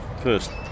first